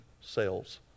sales